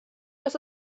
dass